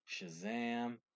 Shazam